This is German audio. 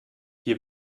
wir